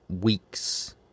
Weeks